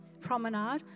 promenade